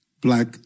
black